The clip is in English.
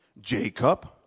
Jacob